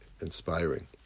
inspiring